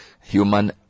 human